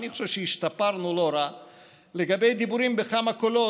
תודה רבה להם.